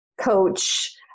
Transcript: coach